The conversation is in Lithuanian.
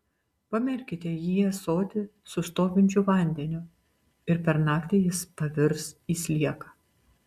pamerkite jį į ąsotį su stovinčiu vandeniu ir per naktį jis pavirs į slieką